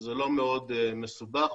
זה לא מאוד מסובך.